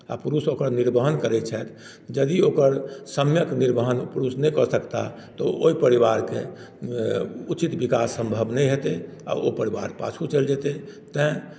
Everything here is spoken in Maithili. आ पुरुष ओकर निर्वहण करै छथि यदि ओकर सम्यक निर्वहण पुरुष नहि कऽ पैता तऽ ओहि परिवारके उचित विकास सम्भव नहि हेतै आ ओ परिवार पाछु चलि जेतै तैँ